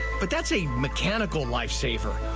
but that's a mechanical life saver.